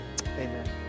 amen